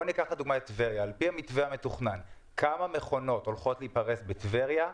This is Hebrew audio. על-פי המתווה המתוכנן כמה מכונות ייפרסו בטבריה,